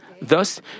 Thus